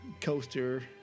coaster